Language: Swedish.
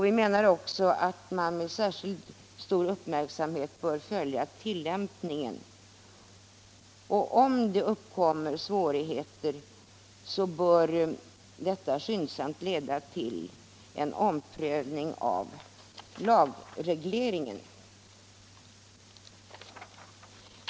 Vi menar också att tillämpningen bör följas med särskilt stor uppmärksamhet. Om det uppkommer svårigheter bör dessa skyndsamt leda till en omprövning av lagregleringen.